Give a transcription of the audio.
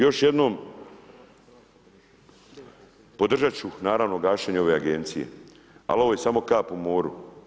Još jednom, podržati ću, naravno gašenje ove agencije, ali ovo je samo kap u moru.